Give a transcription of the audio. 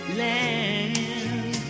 land